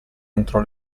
entro